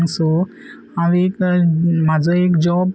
so हांव एक म्हजो एक जॉब